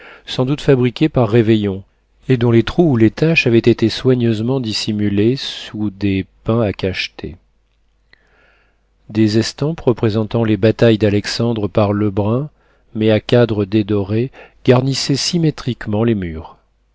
sans doute fabriqué par réveillon et dont les trous ou les taches avaient été soigneusement dissimulés sous des pains à cacheter des estampes représentant les batailles d'alexandre par lebrun mais à cadres dédorés garnissaient symétriquement les murs